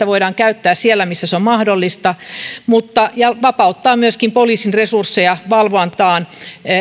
voidaan käyttää siellä missä se on mahdollista ja vapauttaa myöskin poliisin resursseja valvontaan